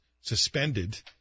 suspended